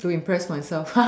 to impress myself